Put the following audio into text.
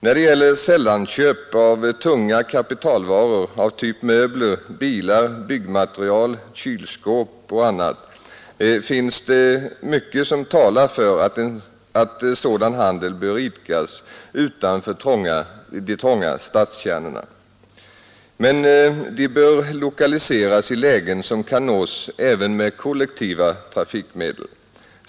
När det gäller sällanköp av tunga kapitalvaror av typ möbler, bilar, byggmaterial, kylskåp och annat, finns det mycket som talar för att sådan handel bör idkas utanför de trånga stadskärnorna. Men de bör lokaliseras i lägen som kan nås även med kollektiva trafikmedel.